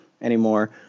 anymore